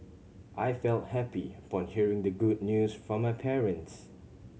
I felt happy upon hearing the good news from my parents